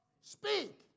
speak